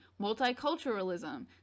multiculturalism